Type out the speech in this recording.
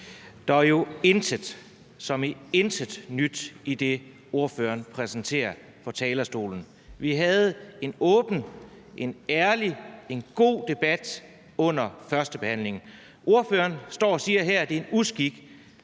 Der er jo intet – som i intet – nyt i det, ordføreren præsenterer på talerstolen. Vi havde en åben, ærlig og god debat under førstebehandlingen. Ordføreren står her og siger, at det er en uskik